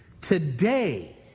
today